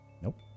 Nope